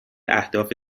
اهداف